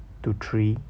to three